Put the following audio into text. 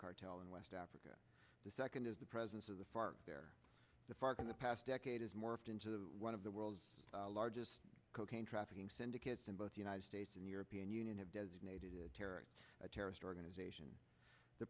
cartel in west africa the second is the presence of the far there the fark in the past decade has morphed into the one of the world's largest cocaine trafficking syndicates in both united states and european union have designated terror a terrorist organization the